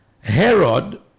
herod